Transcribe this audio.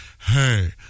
hey